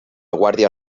guàrdia